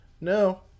No